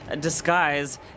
disguise